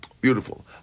beautiful